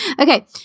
Okay